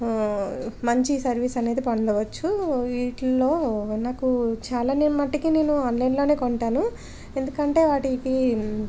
మంచి సర్వీస్ అనేది పొందవచ్చు వీటిల్లో నాకు చాలానే మటికి నేను ఆన్లైన్లోనే కొంటాను ఎందుకంటే వాటికి